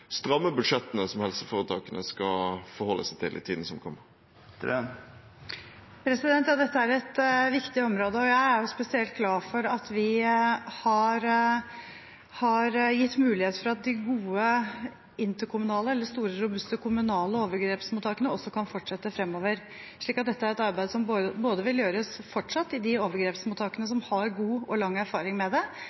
stramme budsjettene som helseforetakene skal forholde seg til i tiden som kommer. Dette er et viktig område, og jeg er spesielt glad for at vi har gitt mulighet for at de gode interkommunale, eller de store, robuste kommunale overgrepsmottakene, også kan fortsette fremover, så dette er et arbeid som fortsatt vil gjøres i de overgrepsmottakene som har god og lang erfaring med det,